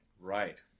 Right